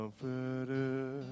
comforter